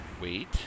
wait